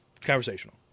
conversational